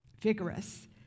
vigorous